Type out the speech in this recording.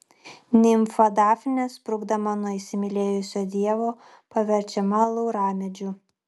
nimfa dafnė sprukdama nuo įsimylėjusio dievo paverčiama lauramedžiu